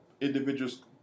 individuals